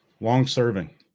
long-serving